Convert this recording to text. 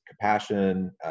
compassion